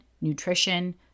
nutrition